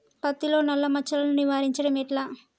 పత్తిలో నల్లా మచ్చలను నివారించడం ఎట్లా?